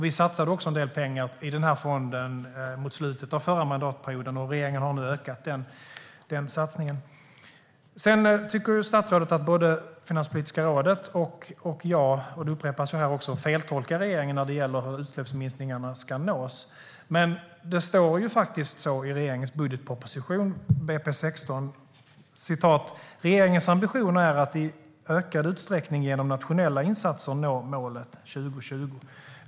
Vi satsade också en del pengar i den mot slutet av förra mandatperioden. Regeringen har nu ökat den satsningen. Statsrådet tycker att både Finanspolitiska rådet och jag, vilket upprepas här, feltolkar regeringen när det gäller hur utsläppsminskningarna ska nås. Men det står faktiskt i regeringens budgetproposition för 2016: Regeringens ambition är att i ökad utsträckning genom nationella insatser nå målet 2020.